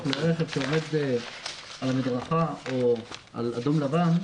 לרכב שעומד על המדרכה או על אדום-לבן,